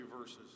verses